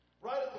right